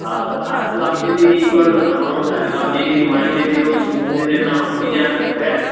आ आज आमची ती इगर्ज आसा न्हू सालिगांवची ती माय दे देव्स इगर्जेचें नांव तिजें आयज फेस्त